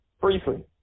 Briefly